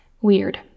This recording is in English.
weird